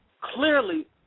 clearly